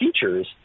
features